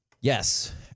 Yes